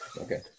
Okay